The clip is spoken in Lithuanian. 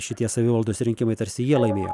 šitie savivaldos rinkimai tarsi jie laimėjo